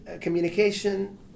communication